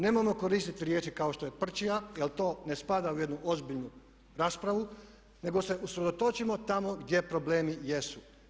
Nemojmo koristiti riječi kao što je prćija jer to ne spada u jednu ozbiljnu raspravu nego se usredotočimo tamo gdje problemi jesu.